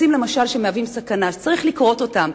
למשל עצים שיש בהם סכנה וצריך לכרות אותם.